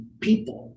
people